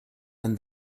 and